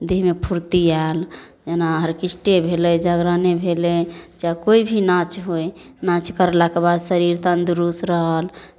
देहमे फूर्ति आयल जेना आर्केस्ट्रे भेलै जागरणे भेलै चाहै कोइ भी नाच होइ नाच करलाके बाद शरीर तन्दुरुस्त रहल